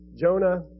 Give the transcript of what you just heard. Jonah